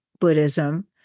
Buddhism